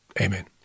Amen